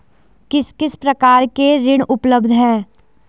किस किस प्रकार के ऋण उपलब्ध हैं?